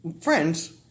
friends